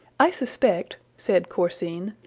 i suspect, said corsine,